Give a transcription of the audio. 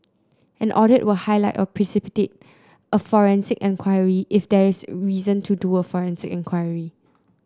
an audit will highlight or precipitate a forensic enquiry if there is reason to do a forensic enquiry